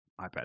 iPad